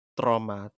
trauma